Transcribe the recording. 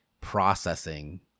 processing